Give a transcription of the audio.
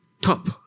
top